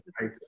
right